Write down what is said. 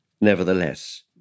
nevertheless